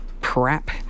crap